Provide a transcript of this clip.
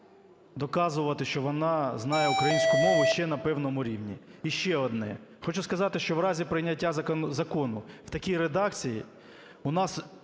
доказувати, що вона знає українську мову ще на певному рівні. Ще одне. Хочу сказати, що в разі прийняття закону в такій редакції, у нас